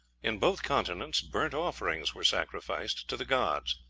in both continents burnt-offerings were sacrificed to the gods.